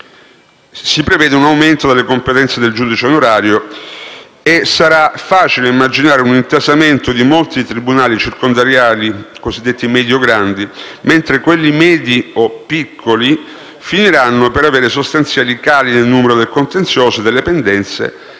si prevede un aumento delle competenze del giudice onorario ed è facile immaginare che vi sarà un intasamento di molti tribunali circondariali cosiddetti medio-grandi, mentre quelli medi e piccoli finiranno per avere sostanziali cali nel contenzioso e nelle pendenze